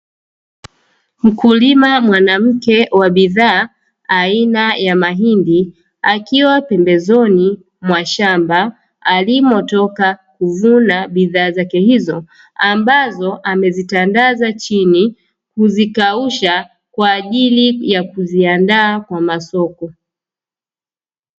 Mkulima mwanamke wa bidhaa aina ya mahindi, akiwa pembezoni mwa shamba alimotoka kuvuna bidhaa zake hizo, ambazo amezitandaza chini na kuzikausha, kwa ajili ya kuziandaa kwa masoko.